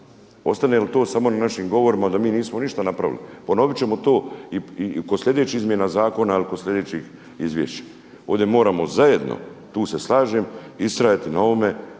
Ostane li to samo na našim govorima da mi nismo ništa napravili, ponovit ćemo to i kod sljedećih izmjena zakona ili kod sljedećih izvješća. Ovdje moramo zajedno tu se slažem, ustrajati na ovome